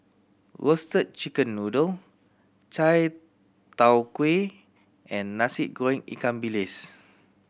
Roasted Chicken Noodle chai tow kway and Nasi Goreng ikan bilis